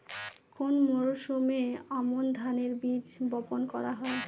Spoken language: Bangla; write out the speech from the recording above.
কোন মরশুমে আমন ধানের বীজ বপন করা হয়?